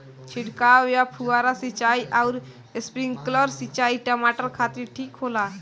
छिड़काव या फुहारा सिंचाई आउर स्प्रिंकलर सिंचाई टमाटर खातिर ठीक होला?